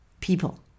people